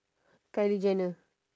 kylie jenner